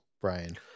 Brian